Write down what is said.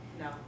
no